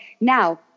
now